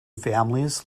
families